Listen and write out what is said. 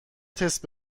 تست